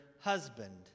Husband